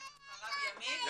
ימית,